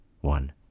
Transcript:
one